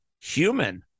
human